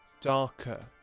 darker